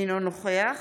אינו נוכח